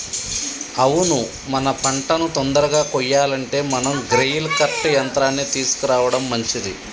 అవును మన పంటను తొందరగా కొయ్యాలంటే మనం గ్రెయిల్ కర్ట్ యంత్రాన్ని తీసుకురావడం మంచిది